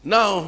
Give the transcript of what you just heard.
Now